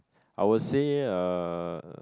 I would say uh